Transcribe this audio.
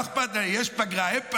לא אכפת להם, יש פגרה, אין פגרה.